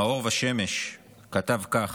המאור ושמש כתב כך: